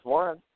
one